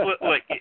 look